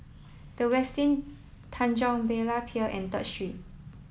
the Westin Tanjong Berlayer Pier and Third Street